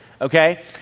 okay